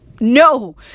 No